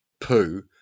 poo